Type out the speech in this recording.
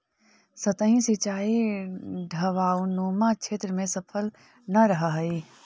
सतही सिंचाई ढवाऊनुमा क्षेत्र में सफल न रहऽ हइ